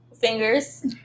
fingers